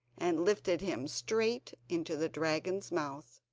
and lifted him straight into the dragon's mouth,